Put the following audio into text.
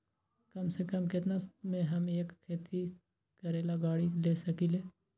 कम से कम केतना में हम एक खेती करेला गाड़ी ले सकींले?